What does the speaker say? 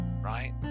right